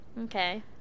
Okay